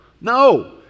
no